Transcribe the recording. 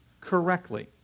correctly